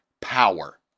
power